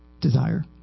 desire